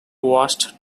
washed